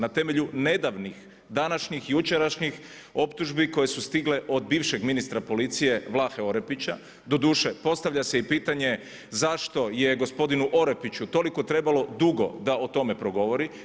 Na temelju nedavnih, današnjih, jučerašnjih optužbi koje su stigle od bivšeg ministra policije Vlahe Orepića, doduše postavlja se i pitanje zašto je gospodinu Orepiću toliko trebalo dugo da o tome progovori?